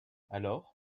alors